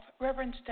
Reverend